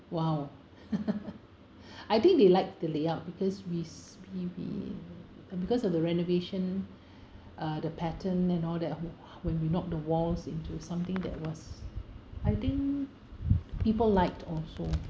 !wow! I think they liked the layout because we s~ we we because of the renovation uh the pattern and all that when we knocked the walls into something that was I think people liked also